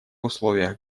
условиях